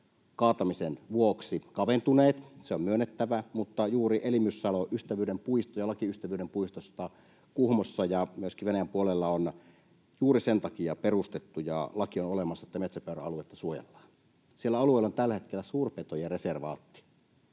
kaatamisen vuoksi kaventuneet, se on myönnettävä, mutta juuri sen takia Elimyssalo ja Ystävyyden puisto — ja laki Ystävyyden puistosta — Kuhmossa ja myöskin Venäjän puolella on perustettu ja laki on olemassa, että metsäpeura-aluetta suojellaan. Sillä alueella on tällä hetkellä suurpetojen reservaatti.